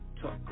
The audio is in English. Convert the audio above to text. Talk